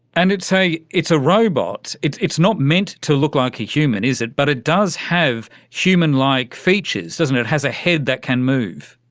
and it's a it's a robot, it's it's not meant to look like a human, is it, but it does have humanlike features, doesn't it, it has a head that can move.